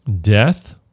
death